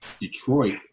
Detroit